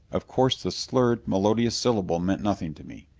of course the slurred, melodious syllable meant nothing to me.